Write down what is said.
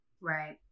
Right